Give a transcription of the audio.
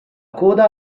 coda